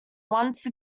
once